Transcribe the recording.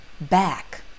back